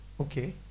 Okay